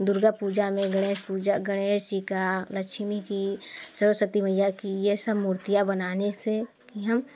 दुर्गा पूजा में गणेश पूजा गणेश जी का लक्ष्मी की सरस्वती मैया की ये सब मूर्तियाँ बनाने से कि हम